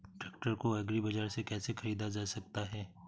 Tractor को agri बाजार से कैसे ख़रीदा जा सकता हैं?